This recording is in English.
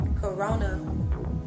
corona